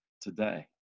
today